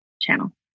channel